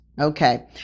Okay